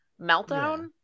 meltdown